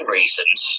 reasons